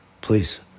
Please